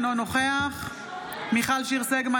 אינו נוכח מיכל שיר סגמן,